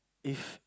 if